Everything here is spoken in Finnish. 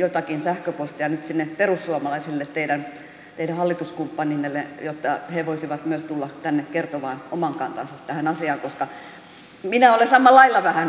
jotakin sähköpostia nyt sinne perussuomalaisille teidän hallituskumppaneillenne jotta he voisivat myös tulla tänne kertomaan oman kantansa tähän asiaan koska minä olen samalla lailla vähän epäilevä